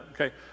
okay